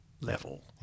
level